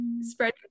spread